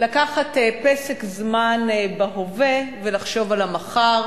לקחת פסק זמן בהווה ולחשוב על המחר,